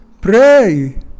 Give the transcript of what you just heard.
pray